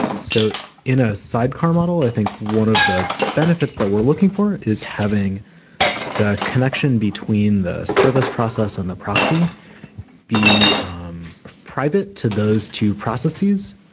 so in a sidecar model, i think one of the benefits that we're looking for is having the connection between the service process and the proxy be private to those two processes.